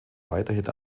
weiterhin